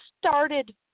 started